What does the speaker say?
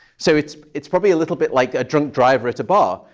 so it's it's probably a little bit like a drunk driver at a bar.